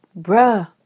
bruh